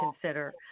consider